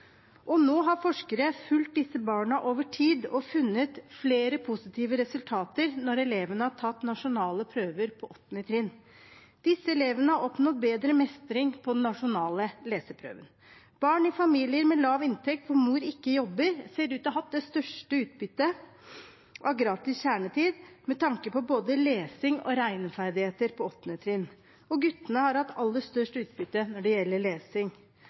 Nå har forskere fulgt disse barna over tid og funnet flere positive resultater når elevene har tatt nasjonale prøver på åttende trinn. Disse elevene har oppnådd bedre mestring på den nasjonale leseprøven. Barn i familier med lav inntekt hvor mor ikke jobber, ser ut til å ha hatt det største utbyttet av gratis kjernetid med tanke på både lesing og regneferdigheter på åttende trinn, og guttene har hatt aller størst utbytte når det gjelder lesing.